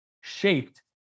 shaped